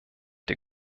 der